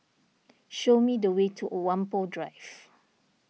show me the way to Whampoa Drive